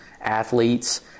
athletes